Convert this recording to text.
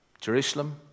Jerusalem